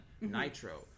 Nitro